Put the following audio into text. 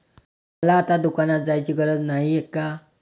मला आता दुकानात जायची गरज नाही का?